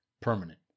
permanent